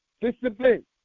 discipline